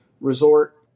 Resort